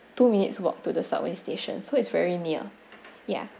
two minutes walk to the subway station so it's very near ya